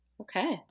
Okay